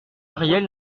ariel